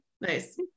nice